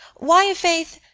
why, i' faith,